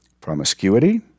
promiscuity